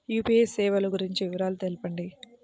UPI సేవలు గురించి వివరాలు తెలుపండి?